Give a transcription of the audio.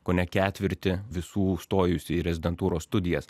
kone ketvirtį visų stojusių į rezidentūros studijas